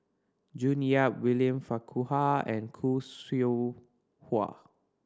June Yap William Farquhar and Khoo Seow Hwa